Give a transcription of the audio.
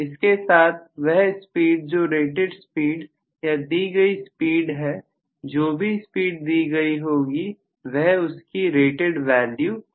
इसके साथ वह स्पीड जो रेटेड स्पीड या दी गई स्पीड है जो भी स्पीड दी गई होगी वह उसकी रेटेड वैल्यू होगी